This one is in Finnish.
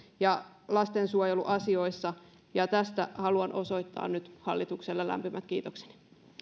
ja lastensuojeluasioissa ja tästä haluan osoittaa nyt hallitukselle lämpimät kiitokseni